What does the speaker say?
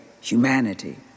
humanity